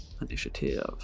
initiative